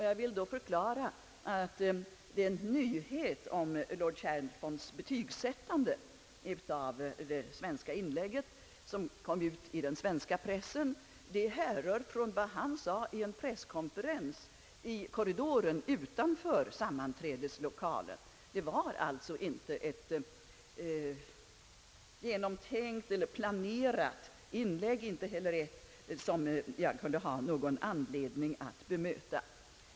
Jag vill då förklara att den nyhet om lord Chalfonts betygssättande av det svenska inlägget, som kom ut i den svenska pressen, härrör från vad han yttrade vid en pressintervju i korridoren utanför sammanträdeslokalen. Det var alltså inte ett genomtänkt eller planerat inlägg och inte heller ett som jag kunde ha anledning att bemöta.